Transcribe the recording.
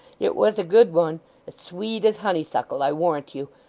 it was a good one. as sweet as honeysuckle, i warrant you.